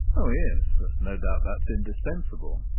oh yes, no doubt that's indispensable.